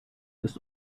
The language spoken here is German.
ist